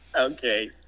Okay